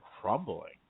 crumbling